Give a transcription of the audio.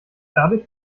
dadurch